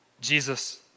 Jesus